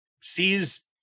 sees